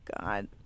God